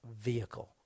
vehicle